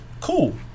cool